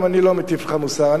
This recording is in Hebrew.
אני גם לא מטיף לך מוסר.